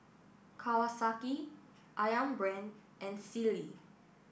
Kawasaki Ayam Brand and Sealy